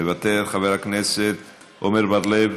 מוותר, חבר הכנסת עמר בר-לב,